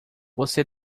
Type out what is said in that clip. você